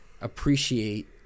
appreciate